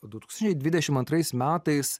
du tūkstančiai dvidešim antrais metais